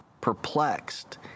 perplexed